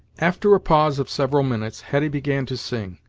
after a pause of several minutes, hetty began to sing.